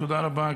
תודה רבה,